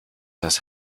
das